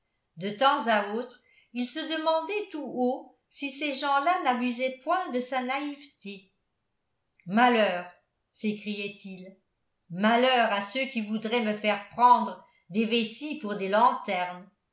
de temps à autre il se demandait tout haut si ces gens-là n'abusaient point de sa naïveté malheur s'écriait-il malheur à ceux qui voudraient me faire prendre des vessies pour des lanternes